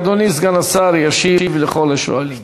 אדוני סגן השר ישיב לכל השואלים.